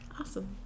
awesome